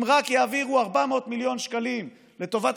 אם רק יעבירו 400 מיליון שקלים לטובת